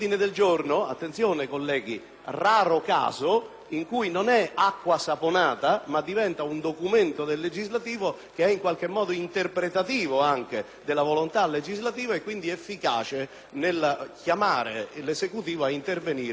‑ che non è acqua saponata, ma un documento del legislativo che è in qualche modo interpretativo della volontà legislativa e, quindi, efficace nel chiamare l'Esecutivo a intervenire sull'INPS. Se questo è lo spirito ‑ e lo è